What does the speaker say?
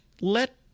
let